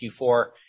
Q4